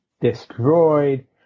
destroyed